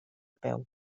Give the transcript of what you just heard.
peu